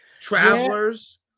travelers